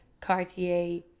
Cartier